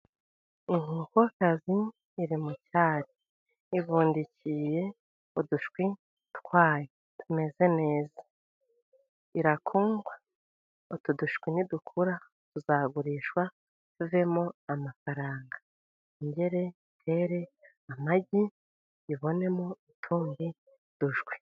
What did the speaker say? Inkokokazi iri mu cyari ibundikiye udushwi twayo, tumeze neza, irakundwa, utu dushwi ni dukura tuzagurishwa tuvemo amafaranga, yongere itere amagi ibonemo utundi dushwi.